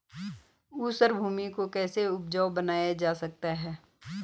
ऊसर भूमि को कैसे उपजाऊ बनाया जा सकता है?